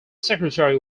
secretary